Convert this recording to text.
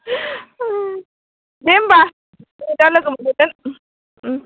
दे होमब्ला दा लोगोमोनगोन